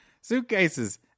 suitcases